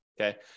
Okay